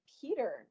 Peter